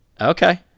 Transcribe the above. Okay